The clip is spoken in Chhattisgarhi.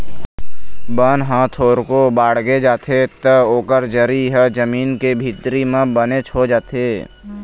बन ह थोरको बाड़गे जाथे त ओकर जरी ह जमीन के भीतरी म बनेच हो जाथे